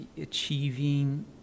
achieving